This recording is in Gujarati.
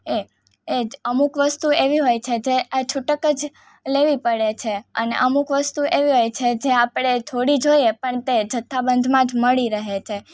એ એ જ અમુક વસ્તુ એવી હોય છે જે અ છૂટક જ લેવી પડે છે અને અમુક વસ્તુ એવી હોય છે જે આપણે થોડી જોઈએ પણ તે જથ્થાબંધમાં જ મળી રહે છે